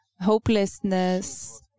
hopelessness